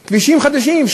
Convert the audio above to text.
בכביש 1. כבישים חדשים,